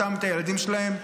אותם ואת הילדים שלהם,